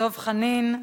דב חנין.